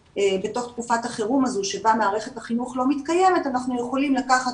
תקופת החירום הזו שבה מערכת החינוך לא מתקיימת אנחנו יכולים לקחת